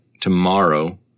tomorrow